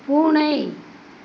பூனை